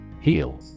Heal